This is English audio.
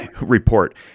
report